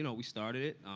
and we started it.